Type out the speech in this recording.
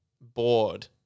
bored